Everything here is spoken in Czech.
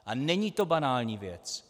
A není to banální věc!